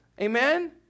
amen